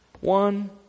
One